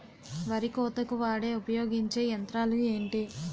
వరి కోతకు వాడే ఉపయోగించే యంత్రాలు ఏంటి?